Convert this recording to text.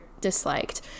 disliked